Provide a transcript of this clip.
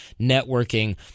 networking